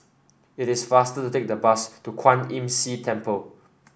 it is faster to take the bus to Kwan Imm See Temple